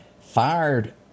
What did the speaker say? Fired